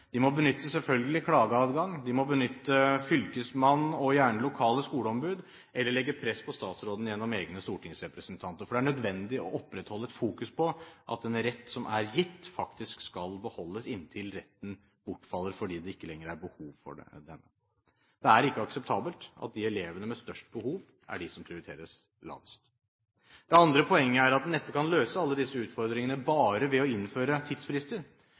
De må selvfølgelig benytte både klageadgang og fylkesmann, og gjerne også lokale skoleombud eller legge press på statsråden gjennom egne stortingsrepresentanter, for det er nødvendig å opprettholde et fokus på at en rett som er gitt, faktisk skal beholdes inntil retten bortfaller fordi det ikke lenger er behov for denne. Det er ikke akseptabelt at de elevene med størst behov, er de som prioriteres lavest. Det andre poenget er at en neppe kan løse alle disse utfordringene bare ved å innføre tidsfrister.